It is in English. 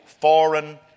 foreign